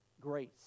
Grace